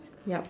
yup